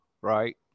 right